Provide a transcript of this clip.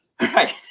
Right